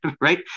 right